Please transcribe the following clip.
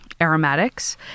aromatics